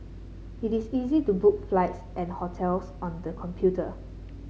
it is easy to book flights and hotels on the computer